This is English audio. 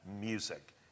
music